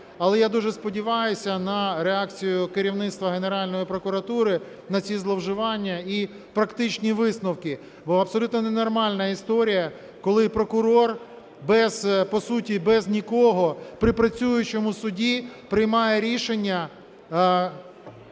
Але я дуже сподіваюся на реакцію керівництва Генеральної прокуратури на ці зловживання і практичні висновки. Бо абсолютно ненормальна історія, коли прокурор, по суті, без нікого при працюючому суді приймає рішення